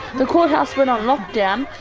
the courthouse went on lockdown,